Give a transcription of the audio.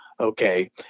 Okay